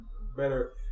better